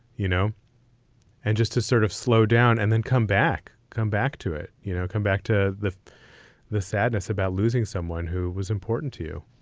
you know and just to sort of slow down and then come back, come back to it, you know, come back to the the sadness about losing someone who was important to you,